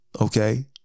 Okay